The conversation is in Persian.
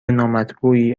نامطبوعی